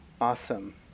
awesome